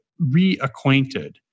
reacquainted